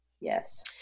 Yes